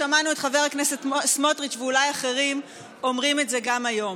שמענו את חבר הכנסת סמוטריץ' ואולי גם אחרים אומרים את זה גם היום.